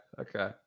Okay